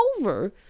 over